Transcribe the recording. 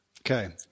Okay